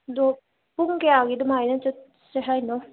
ꯑꯗꯣ ꯄꯨꯡ ꯀꯌꯥꯒꯤ ꯑꯗꯨꯃꯥꯏꯅ ꯆꯠꯁꯦ ꯍꯥꯏꯅꯣ